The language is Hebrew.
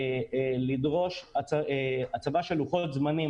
לדרוש הצבה של לוחות זמנים.